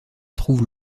trouvent